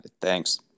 Thanks